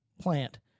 plant